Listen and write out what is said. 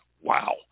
Wow